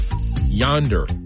Yonder